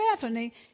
Bethany